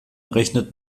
rechnet